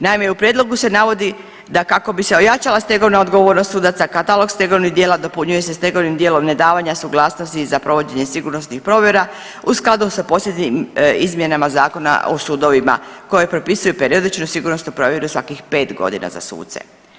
Naime, u prijedlogu se navodi da kako bi se ojačala stegovna odgovornost sudaca katalog stegovnih djela dopunjuje se stegovnim djelom nedavanja suglasnosti za provođenje sigurnosnih provjera u skladu sa posljednjim izmjenama Zakona o sudovima koje propisuje periodičnu sigurnosnu provjeru svakih pet godina za suce.